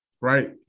Right